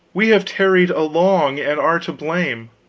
we have tarried along, and are to blame.